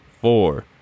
four